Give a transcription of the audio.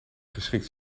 geschikt